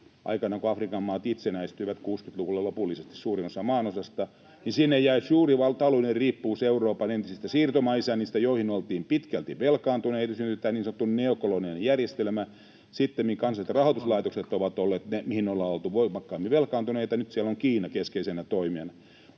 Aikanaan kun Afrikan maat itsenäistyivät — suurin osa maanosasta 60-luvulla lopullisesti — sinne jäi suuri taloudellinen riippuvuus Euroopan entisistä siirtomaaisännistä, joille oltiin pitkälti velkaantuneita. Syntyi niin sanottu neokoloniaalinen järjestelmä. Sittemmin kansainväliset rahoituslaitokset ovat olleet ne, mille ollaan oltu voimakkaimmin velkaantuneita. Nyt siellä on Kiina keskeisenä toimijana.